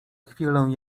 chwilę